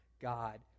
God